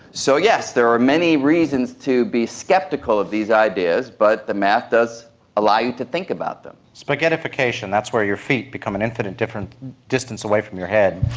so yes, there are many reasons to be sceptical of these ideas, but the math does allow you to think about them. spaghettification. that's where your feet become an infinite distance away from your head,